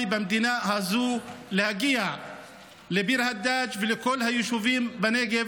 במדינה הזו להגיע לביר הדאג' ולכל היישובים בנגב,